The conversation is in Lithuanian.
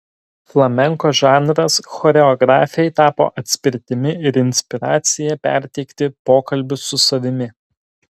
flamenko žanras choreografei tapo atspirtimi ir inspiracija perteikti pokalbius su savimi